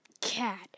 cat